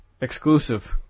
Exclusive